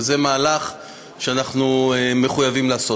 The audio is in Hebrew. וזה מהלך שאנחנו מחויבים לעשות.